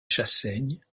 chassaigne